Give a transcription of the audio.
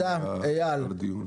תודה, אייל.